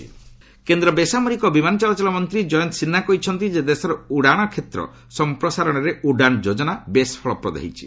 ଜୟନ୍ତ ସିହା କେନ୍ଦ ବେସାମରିକ ବିମାନ ଚଳାଚଳ ମନ୍ତ୍ରୀ ଜୟନ୍ତ ସିହ୍ରା କହିଛନ୍ତି ଯେ ଦେଶର ଉଡ଼ାଣ କ୍ଷେତ୍ର ସଂପ୍ରସାରଣରେ 'ଉଡ଼ାନ୍ ଯୋଜନା' ବେଶ୍ ଫଳପ୍ଦ ହୋଇଛି